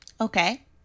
Okay